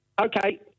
Okay